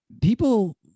people